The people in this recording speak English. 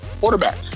quarterback